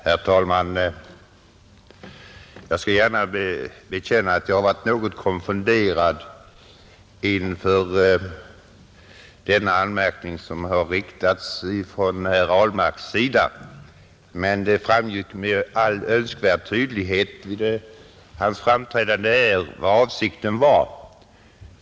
Herr talman! Jag skall gärna erkänna att jag blev något konfunderad över den anmärkning som herr Ahlmark riktade mot regeringen, men sedan framgick det med all önskvärd tydlighet vad som var avsikten med herr Ahlmarks framträdande.